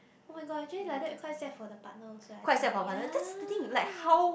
oh-my-god actually like that quite sad for the partner also I think ya